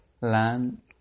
land